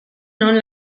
non